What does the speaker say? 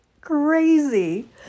crazy